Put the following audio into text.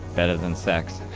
better than sex,